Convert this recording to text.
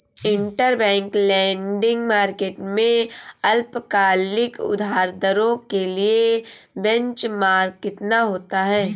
Interbank lending market में अल्पकालिक उधार दरों के लिए बेंचमार्क कितना होता है?